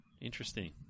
Interesting